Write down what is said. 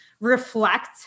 reflect